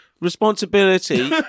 responsibility